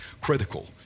critical